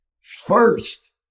first